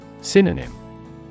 Synonym